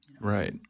Right